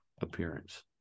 appearance